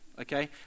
okay